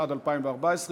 התשע"ד 2014,